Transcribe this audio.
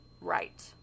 Right